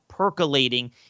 percolating